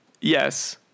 Yes